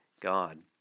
God